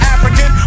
African